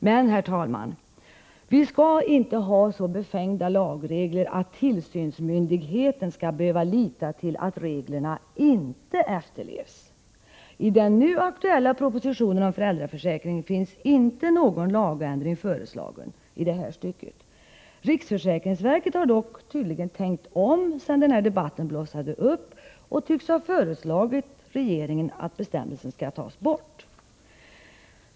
Men, herr talman, vi skall inte ha så befängda lagregler att tillsynsmyndigheten skall behöva lita till att reglerna inte efterlevs! I den nu aktuella propositionen om föräldraförsäkringen föreslås inte någon lagändring i det här stycket. Riksförsäkringsverket har dock tydligen tänkt om sedan den här debatten blossade upp och tycks ha föreslagit regeringen att bestämmelsen skall tas bort.